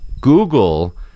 Google